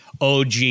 OG